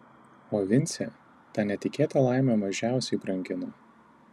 o vincė tą netikėtą laimę mažiausiai brangino